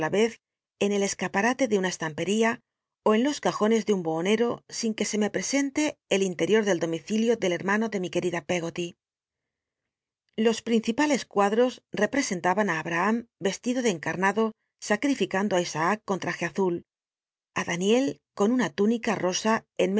en el escaparate de una cstampcria ó en los cajones de un buhonero sin que se me presente e l inler iot del domicilio del betmano de mi querida pcggo ty los principales cuadtos rcprc en taba tl abrabam vestido de encarnado sacrificando í isaac con traje azul á daniel con una túnica